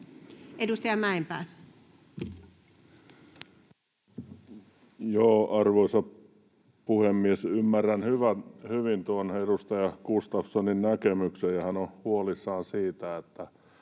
Content: Arvoisa puhemies! Ymmärrän hyvin tuon edustaja Gustafssonin näkemyksen. Hän on huolissaan siitä, mistä